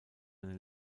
eine